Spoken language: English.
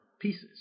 pieces